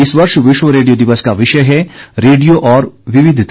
इस वर्ष विश्व रेडियो दिवस का विषय है रेडियो और विविधता